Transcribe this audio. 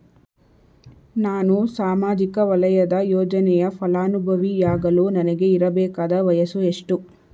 ನಾನು ಸಾಮಾಜಿಕ ವಲಯದ ಯೋಜನೆಯ ಫಲಾನುಭವಿ ಯಾಗಲು ನನಗೆ ಇರಬೇಕಾದ ವಯಸ್ಸು ಎಷ್ಟು?